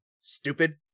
stupid